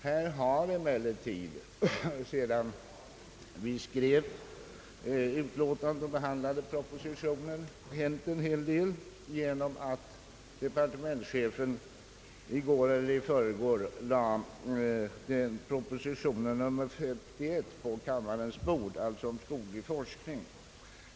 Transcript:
Här har emellertid sedan vi skrev utlåtandet och behandlade propositionen hänt en del genom att departementschefen i går eller i förgår på kammarens bord lade fram proposition nr 51 om den skogliga forskningen.